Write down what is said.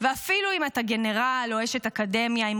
ואפילו אם אתה גנרל או אשת אקדמיה עם